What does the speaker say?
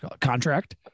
contract